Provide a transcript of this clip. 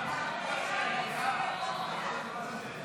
מפני מוסדות בין-לאומיים עוינים,